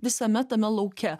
visame tame lauke